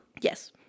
yes